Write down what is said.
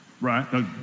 Right